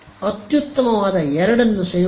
ಅತ್ಯುತ್ತಮವಾದ 2 ಅನ್ನು ಸಂಯೋಜಿಸಿ